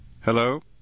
Hello